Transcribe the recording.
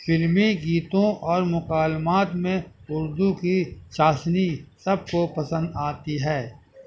فلمی گیتوں اور مکالمات میں اردو کی چاشنی سب کو پسند آتی ہے